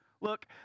Look